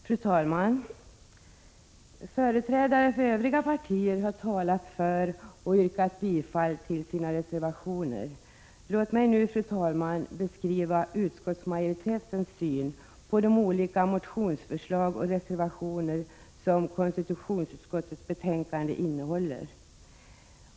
Fru talman! Företrädare för övriga partier har talat för och yrkat bifall till sina reservationer. Låt mig nu beskriva utskottsmajoritetens syn på de olika motionsförslag och reservationer som konstitutionsutskottets betänkande innehåller.